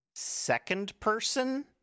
second-person